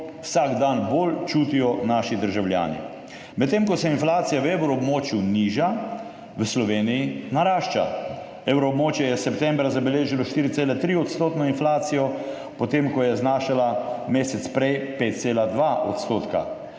vsak dan bolj čutijo naši državljani. Medtem ko se inflacija v evroobmočju niža, v Sloveniji narašča. Evroobmočje je septembra zabeležilo 4,3-odstotno inflacijo, potem ko je znašala mesec prej 5,2 %.